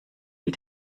wie